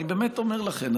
אני באמת אומר לכן,